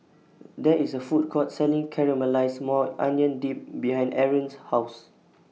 There IS A Food Court Selling Caramelized Maui Onion Dip behind Arron's House